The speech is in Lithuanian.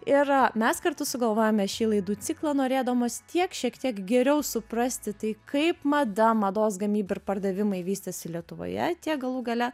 ir mes kartu sugalvojome šį laidų ciklą norėdamos tiek šiek tiek geriau suprasti tai kaip mada mados gamyba ir pardavimai vystėsi lietuvoje tiek galų gale